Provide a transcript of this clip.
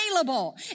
available